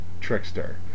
Trickster